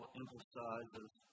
emphasizes